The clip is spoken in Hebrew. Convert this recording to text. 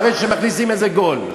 אחרי שמכניסים איזה גול,